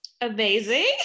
Amazing